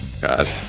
God